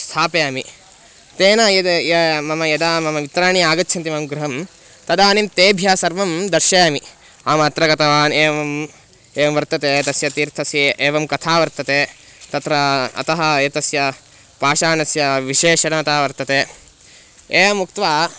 स्थापयामि तेन यद् य मम यदा मम मित्राणि आगच्छन्ति मम गृहं तदानीं तेभ्यः सर्वं दर्शयामि अहम् अत्र गतवान् एवम् एवं वर्तते तस्य तीर्थम् एवं कथा वर्तते तत्र अतः एतस्य पाषाणस्य विशेषता वर्तते एवम् उक्त्वा